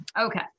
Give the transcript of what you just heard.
okay